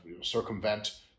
circumvent